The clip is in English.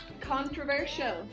Controversial